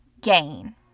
gain